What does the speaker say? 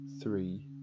three